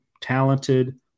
talented